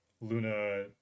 Luna